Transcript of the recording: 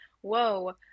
whoa